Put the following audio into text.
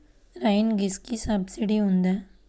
Rain గన్కి subsidy ఉందా?